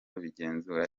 bigenzura